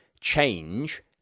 change